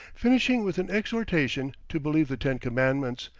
finishing with an exhortation to believe the ten commandments,